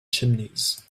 chimneys